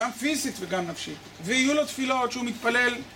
גם פיזית וגם נפשית, ויהיו לו תפילות שהוא מתפלל